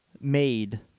made